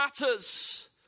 matters